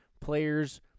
players